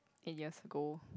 eight years ago